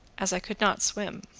as i could not swim.